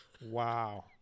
Wow